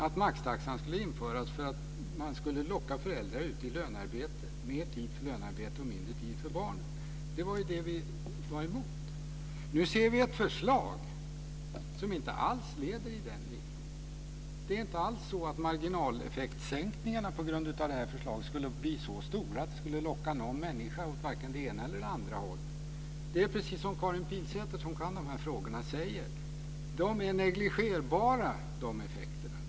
Att maxtaxan skulle införas för att man skulle locka föräldrar ut i lönearbete, mer tid för lönearbete och mindre tid för barnen. Det var det vi var emot. Nu ser vi ett förslag som inte alls leder i den riktningen. Det är inte alls så att marginaleffektssänkningarna på grund av det här förslaget skulle bli så stora att de skulle locka någon människa åt varken det ena eller det andra hållet. Det är precis som Karin Pilsäter, som kan de här frågorna, säger, de effekterna är negligerbara.